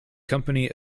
company